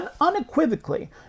unequivocally